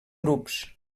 grups